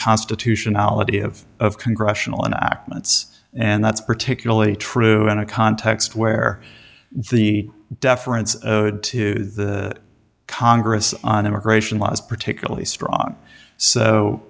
constitutionality of of congressional enactment and that's particularly true in a context where the deference to the congress on immigration was particularly strong so